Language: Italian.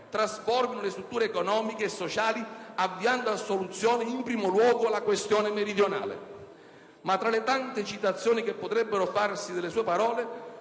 trasformino le strutture economiche e sociali, avviando a soluzione, in primo luogo, la questione meridionale». Ma tra le tante citazioni che si potrebbero fare delle sue parole,